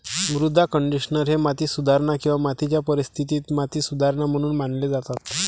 मृदा कंडिशनर हे माती सुधारणा किंवा मातीच्या परिस्थितीत माती सुधारणा म्हणून मानले जातात